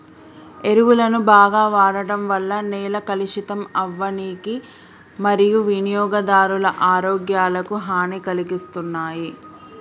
ఎరువులను బాగ వాడడం వల్ల నేల కలుషితం అవ్వనీకి మరియూ వినియోగదారుల ఆరోగ్యాలకు హనీ కలిగిస్తున్నాయి